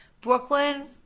Brooklyn